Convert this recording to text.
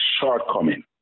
shortcoming